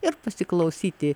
ir pasiklausyti